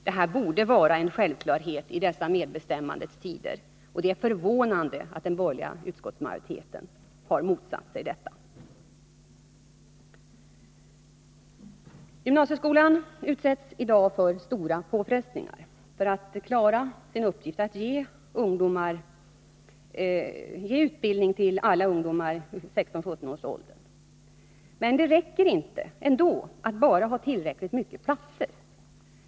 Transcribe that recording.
Detta borde vara en självklarhet i dessa medbestämmandets tider. Det är förvånande att den borgerliga utskottsmajoriteten har motsatt sig detta. Gymnasieskolan utsätts i dag för stora påfrestningar för att klara sin uppgift att ge utbildning till alla 16 och 17-åringar. Men det räcker inte med att ha tillräckligt många platser.